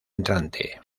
entrante